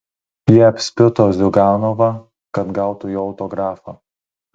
jie apspito ziuganovą kad gautų jo autografą